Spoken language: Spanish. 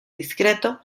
discreto